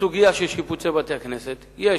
בסוגיה של שיפוצי בתי-הכנסת יש